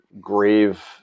grave